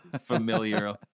familiar